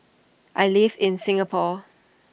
I live in Singapore